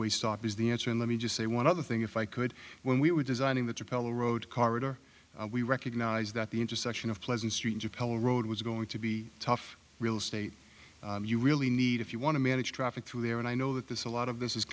way stop is the answer and let me just say one other thing if i could when we were designing the propellor road corridor we recognized that the intersection of pleasant streams of hell road was going to be tough real estate you really need if you want to manage traffic through there and i know that this a lot of this is